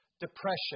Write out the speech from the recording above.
depression